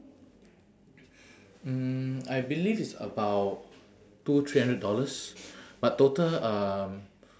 mm I believe it's about two three hundred dollars but total um